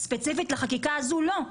ספציפית לחקיקה הזו לא,